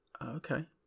Okay